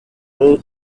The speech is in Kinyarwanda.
ari